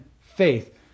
faith